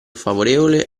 favorevole